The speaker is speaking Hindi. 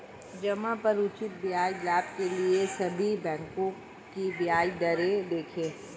जमा पर उचित ब्याज लाभ के लिए सभी बैंकों की ब्याज दरें देखें